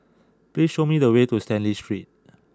please show me the way to Stanley Street